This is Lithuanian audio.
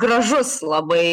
gražus labai